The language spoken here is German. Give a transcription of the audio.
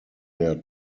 der